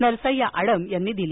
नरसय्या आडम यांनी दिली